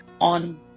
on